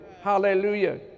hallelujah